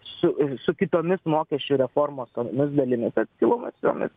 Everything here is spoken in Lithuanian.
su su kitomis mokesčių reformos tomis dalimis atskilusiomis